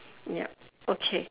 yup okay